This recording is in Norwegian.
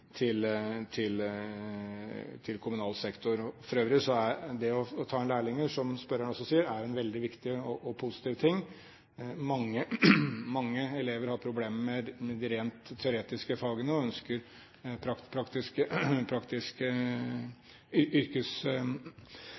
til kommunal sektor. For øvrig er det å ta inn lærlinger, som spørreren også sier, en veldig viktig og positiv ting. Mange elever har problemer med de rent teoretiske fagene og ønsker